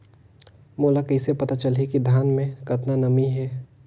मोला कइसे पता चलही की धान मे कतका नमी हे?